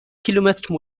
کیلومتر